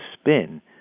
spin